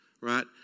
right